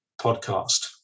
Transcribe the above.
podcast